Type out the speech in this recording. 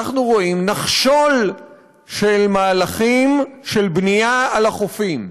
אנחנו רואים נחשול של מהלכים של בנייה על החופים,